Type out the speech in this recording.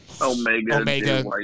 Omega